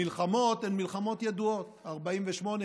המלחמות הן מלחמות ידועות: 48',